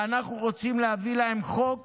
ואנחנו רוצים להביא להם חוק